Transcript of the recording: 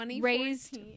raised